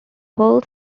pearl